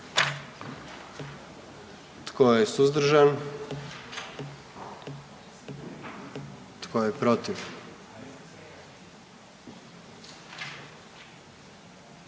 Tko je suzdržan? I tko je protiv?